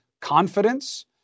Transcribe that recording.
confidence